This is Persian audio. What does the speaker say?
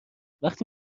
وقتی